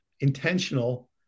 intentional